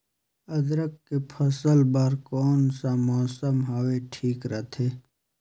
अदरक के फसल बार कोन सा मौसम हवे ठीक रथे?